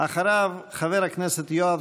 אחריו, חבר הכנסת יואב